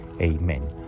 Amen